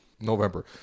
November